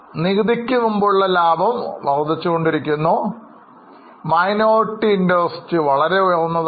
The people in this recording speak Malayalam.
നികുതിക്ക് മുമ്പുള്ള ലാഭം വർധിച്ചുകൊണ്ടിരിക്കുന്നു Minority Interest വളരെ ഉയർന്നതാണ്